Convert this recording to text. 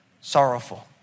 sorrowful